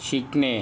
शिकणे